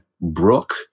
Brooke